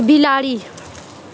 बिलाड़ि